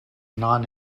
non